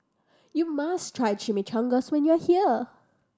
you must try Chimichangas when you are here